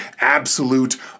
absolute